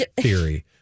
theory